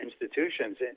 institutions